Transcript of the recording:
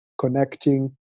connecting